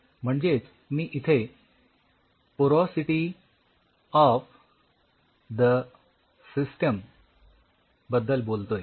म्हणजेच इथे मी पोरॉसिटी ऑफ द सिस्टीम बद्दल बोलतोय